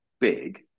big